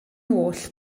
oll